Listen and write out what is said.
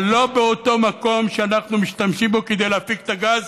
אבל לא באותו מקום שאנחנו משתמשים בו כדי להפיק את הגז.